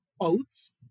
oats